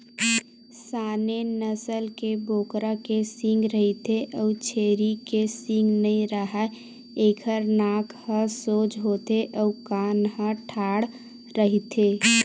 Saanen नसल के बोकरा के सींग रहिथे अउ छेरी के सींग नइ राहय, एखर नाक ह सोज होथे अउ कान ह ठाड़ रहिथे